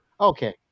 Okay